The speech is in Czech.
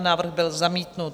Návrh byl zamítnut.